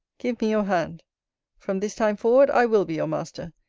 give me your hand from this time forward i will be your master,